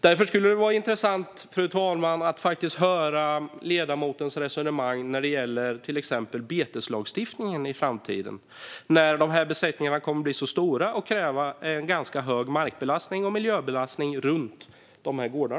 Därför skulle det vara intressant, fru talman, att höra ledamotens resonemang när det gäller till exempel beteslagstiftningen i framtiden, när besättningarna kommer att bli stora och det krävs en ganska hög markbelastning och miljöbelastning runt dessa gårdar.